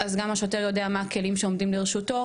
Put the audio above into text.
גם השוטר יודע מה הכלים שעומדים לרשותו,